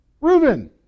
Reuben